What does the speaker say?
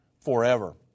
forever